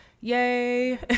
Yay